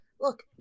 Look